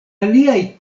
aliaj